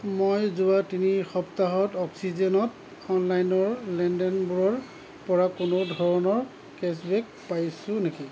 মই যোৱা তিনি সপ্তাহত অক্সিজেনত অনলাইনৰ লেনদেনবোৰৰ পৰা কোনো ধৰণৰ কেশ্ববেক পাইছোঁ নেকি